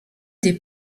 des